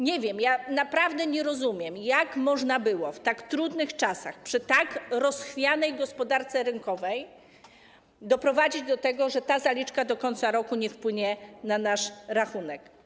Nie wiem, naprawdę nie rozumiem, jak można było w tak trudnych czasach, przy tak rozchwianej gospodarce rynkowej doprowadzić do tego, że ta zaliczka do końca roku nie wpłynie na nasz rachunek.